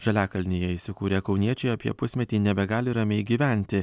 žaliakalnyje įsikūrę kauniečiai apie pusmetį nebegali ramiai gyventi